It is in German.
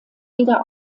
wieder